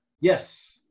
Yes